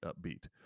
upbeat